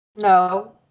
No